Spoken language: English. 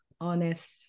honest